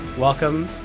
Welcome